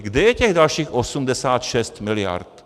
Kde je těch dalších 86 mld.?